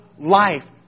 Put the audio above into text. life